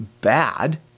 bad